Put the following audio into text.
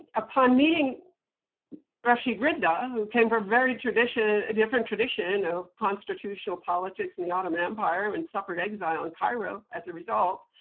upon meeting rashid rida, who came from very tradition a different tradition of constitutional politics and the ottoman empire, and suffered exile in cairo as a result,